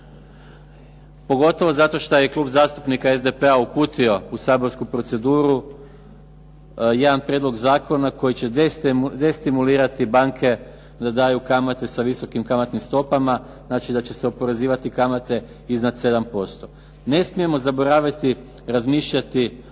pogotovo što je Klub zastupnika SDP-a uputio u saborsku proceduru jedan prijedlog zakona koji će destimulirati banke da daju kamate sa visokim kamatnim stopama, znači da će se oporezivati kamate iznad 7%. Ne smijemo zaboraviti razmišljati o onima